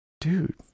dude